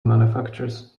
manufactures